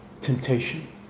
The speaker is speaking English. Temptation